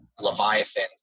Leviathan